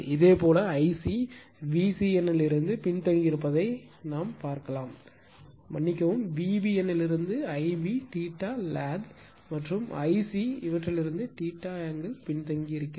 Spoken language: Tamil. இதேபோல் ஐசி VCN இலிருந்து பின்தங்கியிருப்பதைக் கண்டால் மன்னிக்கவும் VBN இலிருந்து ஐபி லேக் மற்றும் ஐசி இவற்றிலிருந்து ஆங்கிள் பின்தங்கியிருக்கிறது